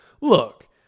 look